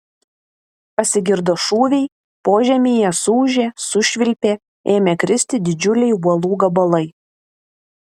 pasigirdo šūviai požemyje suūžė sušvilpė ėmė kristi didžiuliai uolų gabalai